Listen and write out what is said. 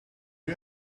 you